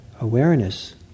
awareness